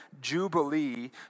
jubilee